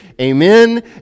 amen